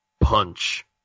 punch